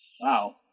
wow